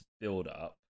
build-up